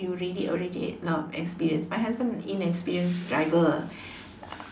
you really already a lot of experience my husband inexperienced driver